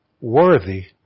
worthy